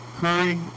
curry